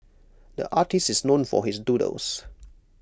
the artist is known for his doodles